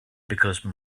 because